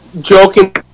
joking